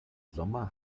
sommer